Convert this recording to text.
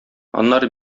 аннары